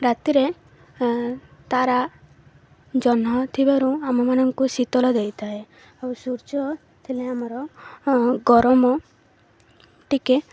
ରାତିରେ ତାରା ଜହ୍ନ ଥିବାରୁ ଆମମାନଙ୍କୁ ଶୀତଳ ଦେଇଥାଏ ଆଉ ସୂର୍ଯ୍ୟ ଥିଲେ ଆମର ଗରମ ଟିକେ